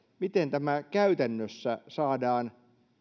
miten tämä käytännössä saadaan